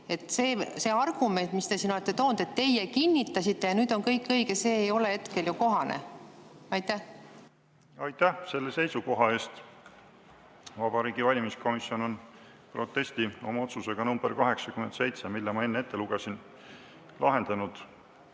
See argument, mis te siin olete toonud, et teie kinnitasite ja nüüd on kõik õige, ei ole hetkel kohane. Aitäh selle seisukoha eest! Vabariigi Valimiskomisjon on protesti oma otsusega nr 87, mille ma enne ette lugesin, lahendanud.